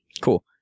Cool